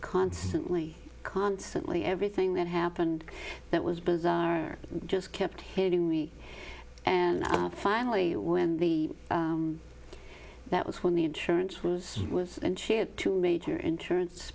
constantly constantly everything that happened that was bizarre just kept hitting me and finally when the that was when the insurance was and she had two major insurance